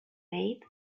made